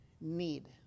need